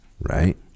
right